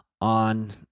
on